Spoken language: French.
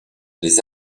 les